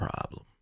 problem